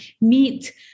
meet